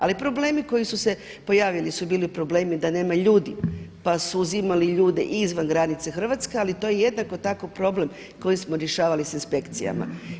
Ali problemi koji su se pojavili su bili problemi da nema ljudi pa su uzimali ljude izvan granica Hrvatske, ali to je jednako tako problem koji smo rješavali sa inspekcijama.